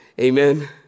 Amen